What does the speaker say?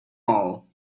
all